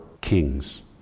kings